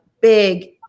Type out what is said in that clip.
big